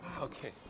Okay